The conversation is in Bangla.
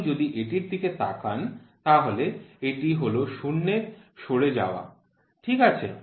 আপনি যদি এটির দিকে তাকান তাহলে এটি হল শূন্যর সরে যাওয়া ঠিক আছে